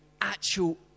actual